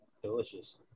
Delicious